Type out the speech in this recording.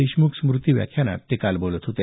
देशमुख स्मृती व्याख्यानात ते काल बोलत होते